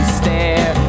stare